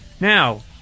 Now